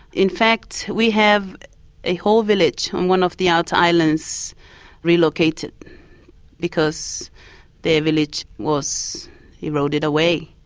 in fact, we have a whole village on one of the outer islands relocated because their village was eroded away.